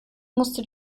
musste